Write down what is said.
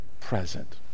present